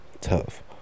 tough